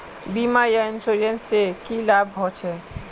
बीमा या इंश्योरेंस से की लाभ होचे?